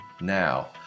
now